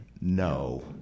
no